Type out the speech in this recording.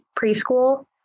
preschool